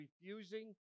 refusing